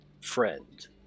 friend